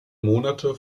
monate